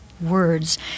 words